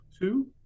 two